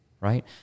Right